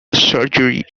surgery